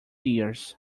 years